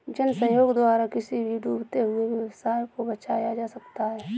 जन सहयोग द्वारा किसी भी डूबते हुए व्यवसाय को बचाया जा सकता है